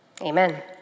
Amen